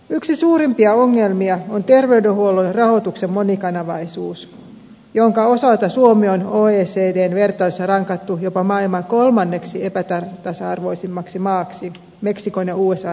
yksi suurimpia ongelmia on terveydenhuollon rahoituksen monikanavaisuus jonka osalta suomi on oecdn vertailussa rankattu jopa maailman kolmanneksi epätasa arvoisimmaksi maaksi meksikon ja usan jälkeen